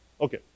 Okay